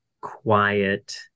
quiet